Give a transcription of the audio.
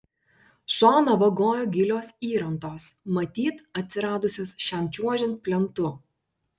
šoną vagojo gilios įrantos matyt atsiradusios šiam čiuožiant plentu